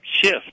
shift